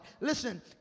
Listen